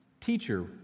Teacher